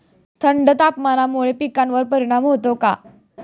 थंड तापमानामुळे पिकांवर परिणाम होतो का?